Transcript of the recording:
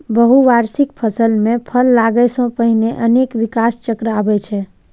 बहुवार्षिक फसल मे फल लागै सं पहिने अनेक विकास चक्र आबै छै